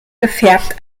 gefärbt